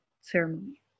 ceremony